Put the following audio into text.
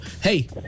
hey